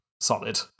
solid